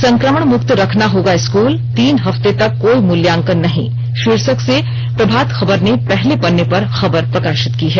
संक्रमण मुक्त रखना होगा स्कूल तीन हफ्ते तक कोई मूल्यांकन नहीं शीर्षक से प्रभात खबर ने पहले पन्ने पर खबर प्रकाशित की है